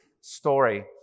story